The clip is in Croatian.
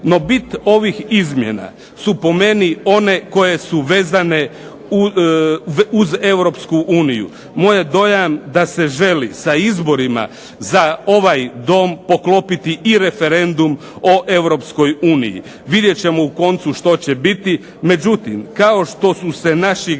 No bit ovih izmjena su po meni one koje su vezane uz Europsku uniju. Moj je dojam da se želi sa izborima za ovaj Dom poklopiti i referendum o Europskoj uniji. Vidjet ćemo u koncu što će biti, međutim kao što su se naši građani